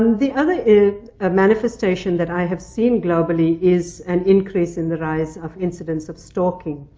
um the other is a manifestation that i have seen globally is an increase in the rise of incidents of stalking.